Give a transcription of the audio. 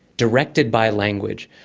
directed by language,